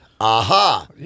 aha